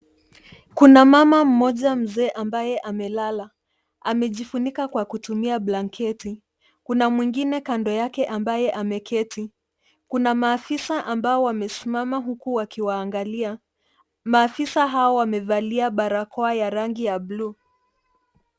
Kuna mama moja mzee ambaye amelala amejifunika kwa kutumia blanketi. Kuna mwingine kando yake ambaye ameketi. Kuna maafisa ambao wamesimama huku wakiwaangilia. Maafisa hawa wamevalia barakoa wa rangi ya bluu.